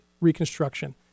Reconstruction